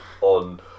on